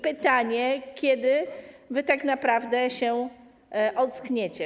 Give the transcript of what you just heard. Pytanie, kiedy wy tak naprawdę się ockniecie.